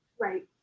Right